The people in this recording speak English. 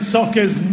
Soccer's